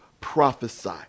prophesy